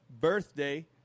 birthday